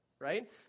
right